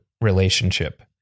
relationship